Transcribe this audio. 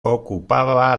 ocupaba